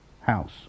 house